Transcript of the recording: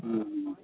ہوں ہوں